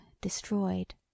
destroyed